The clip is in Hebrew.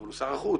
אבל הוא שר החוץ,